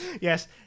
yes